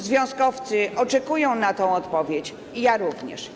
Związkowcy oczekują na tę odpowiedź i ja również.